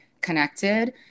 connected